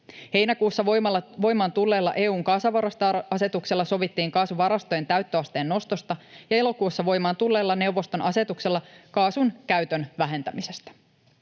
Heinäkuussa voimaan tulleella EU:n kaasuvarastoasetuksella sovittiin kaasuvarastojen täyttöasteen nostosta ja elokuussa voimaan tulleella neuvoston asetuksella kaasun käytön vähentämisestä.